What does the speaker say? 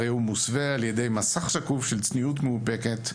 הרי הוא מוסווה על ידי מסך שקוף של צניעות מאופקת,